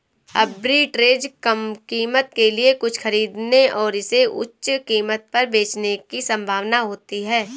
arbitrage कम कीमत के लिए कुछ खरीदने और इसे उच्च कीमत पर बेचने की संभावना होती है